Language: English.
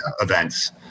events